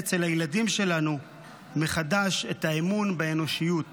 אצל הילדים שלנו מחדש את האמון באנושיות